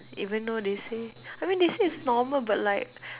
even though they say I mean they say it's normal but like